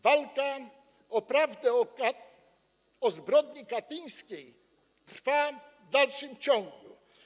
Walka o prawdę o zbrodni katyńskiej trwa w dalszym ciągu.